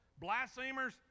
Blasphemers